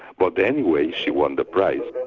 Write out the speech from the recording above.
but anyway, she won the prize.